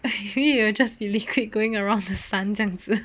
maybe we will just be liquid going around the sun 这样子